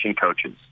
coaches